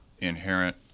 inherent